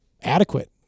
adequate